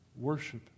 worship